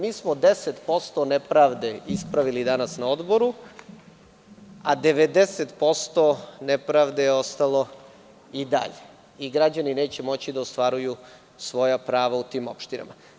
Mi smo 10% nepravdi ispravili danas na odboru, a 90% nepravde je ostalo i dalje i građani neće moći da ostvaruju svoja prava u tim opštinama.